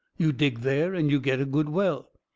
you dig there and you get a good well.